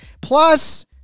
Plus